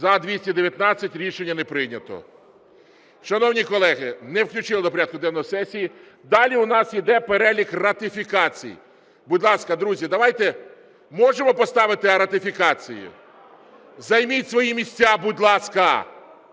За-219 Рішення не прийнято. Шановні колеги, не включили до порядку денного сесії. Далі у нас іде перелік ратифікацій. Будь ласка, друзі, давайте, можемо поставити ратифікації? Займіть свої місця, будь ласка.